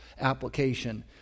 application